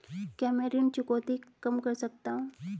क्या मैं ऋण चुकौती कम कर सकता हूँ?